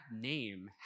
name